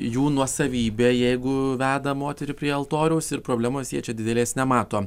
jų nuosavybė jeigu veda moterį prie altoriaus ir problemos jie čia didelės nemato